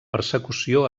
persecució